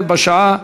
2